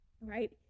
Right